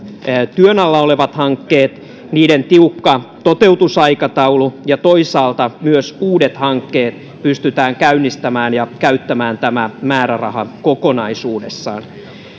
työn alla olevat hankkeet niiden tiukka toteutusaikataulu ja toisaalta myös se että uudet hankkeet pystytään käynnistämään ja käyttämään tämä määräraha kokonaisuudessaan